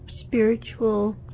spiritual